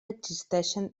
existixen